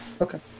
Okay